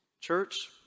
Church